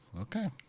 Okay